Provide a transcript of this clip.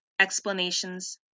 explanations